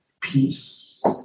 peace